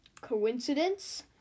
Coincidence